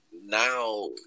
now